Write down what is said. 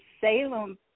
Salem